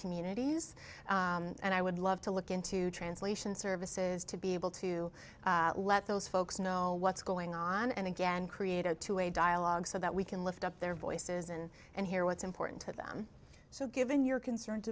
communities and i would love to look into translation services to be able to let those folks know what's going on and again create a two way dialogue so that we can lift up their voices and and hear what's important to them so given your concern